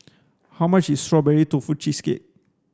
how much is strawberry tofu cheesecake